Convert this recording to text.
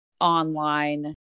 online